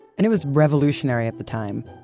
and it was revolutionary at the time.